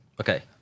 Okay